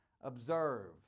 Observe